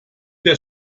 der